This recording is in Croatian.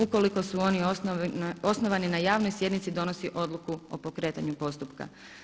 Ukoliko su oni osnovani na javnoj sjednici donosi odluku o pokretanju postupka.